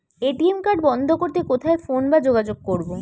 ATM card বন্ধ করতে কোথায় ফোন বা যোগাযোগ করব?